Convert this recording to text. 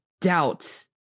doubt